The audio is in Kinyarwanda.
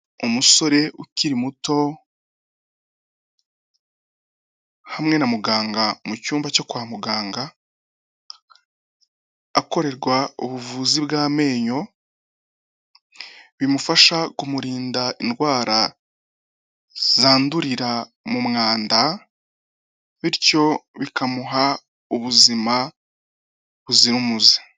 Umusore ukiri muto, hamwe na muganga mu cyumba cyo kwa muganga, akorerwa ubuvuzi bw'amenyo, bimufasha kumurinda indwara zandurira mu mwanda. Bityo bikamuha ubuzima buzira umuze.